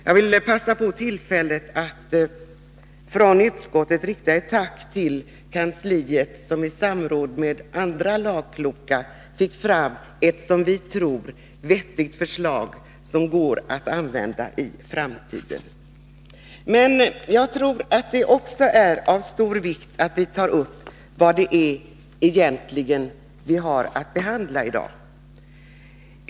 Jag vill passa på tillfället att från utskottet rikta ett tack till kansliet, som i samråd med andra lagkloka fick fram ett som vi tror vettigt förslag, som det går att använda i framtiden.